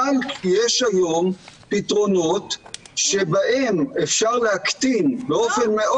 אבל יש היום פתרונות שבהם אפשר להקטין באופן מאוד